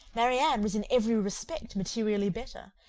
marianne was in every respect materially better,